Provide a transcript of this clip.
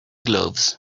gloves